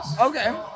Okay